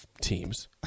teams